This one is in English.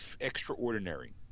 Extraordinary